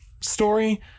story